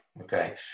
Okay